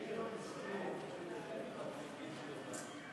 של חברי הכנסת אורלי לוי אבקסיס, דב